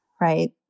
right